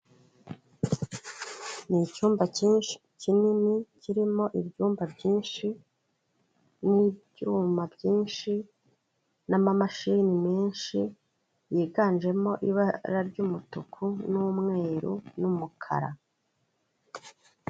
Ni icyumba kinini kirimo ibyumba byinshi n'ibyuma byinshi n'amamashini menshi, yiganjemo ibara ry'umutuku n'umweru n'umukara.